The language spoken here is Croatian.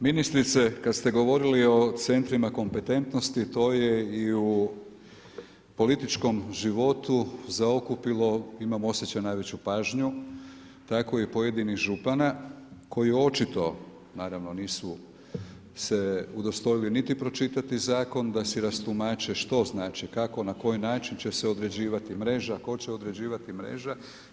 Ministrice kada ste govorili o centrima kompetentnosti, to je i u političkom životu zaokupilo imam osjećaj najveću pažnju, tako i pojedinih župana koji očito naravno nisu se udostojili niti pročitati zakon da si rastumače što znači, kako, na koji način će se određivati mreža, tko će određivati mrežu.